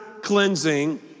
cleansing